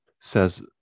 says